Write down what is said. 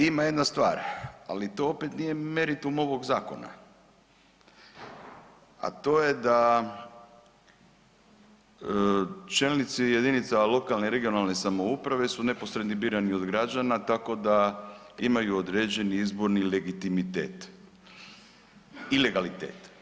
Ima jedna stvar, ali to opet nije meritum ovog zakona, a to je da čelnici jedinica lokalne, regionalne samouprave su neposredno birani od građana tako da imaju određeni izborni legitimitet i legalitet.